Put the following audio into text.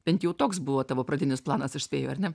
bent jau toks buvo tavo pradinis planas aš spėju ar ne